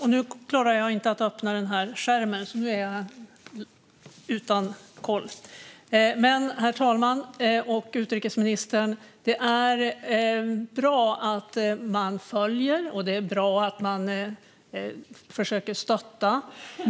Herr talman! Det är bra att man följer, och det är bra att man försöker stötta.